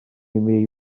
imi